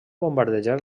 bombardejar